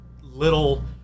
little